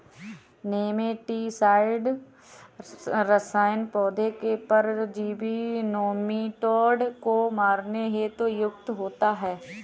nematicide रसायन पौधों के परजीवी नोमीटोड को मारने हेतु प्रयुक्त होता है